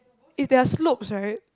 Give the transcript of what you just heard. it's their slopes right